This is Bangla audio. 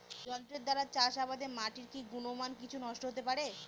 যন্ত্রের দ্বারা চাষাবাদে মাটির কি গুণমান কিছু নষ্ট হতে পারে?